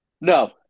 No